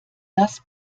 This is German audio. das